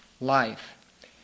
life